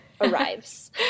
arrives